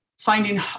finding